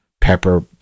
pepper